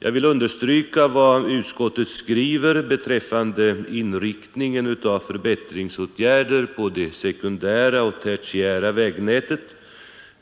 Jag vill understryka vad utskottet skriver beträffande inriktningen av förbättringsåtgärder på det sekundära och det tertiära vägnätet